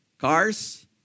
cars